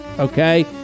Okay